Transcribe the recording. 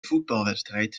voetbalwedstrijd